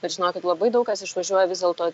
bet žinokit labai daug kas išvažiuoja vis dėlto